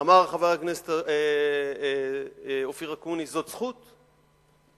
אמר חבר הכנסת אופיר אקוניס, זאת זכות לעם,